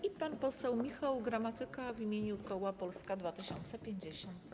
I pan poseł Michał Gramatyka w imieniu koła Polska 2050.